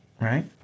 right